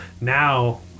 now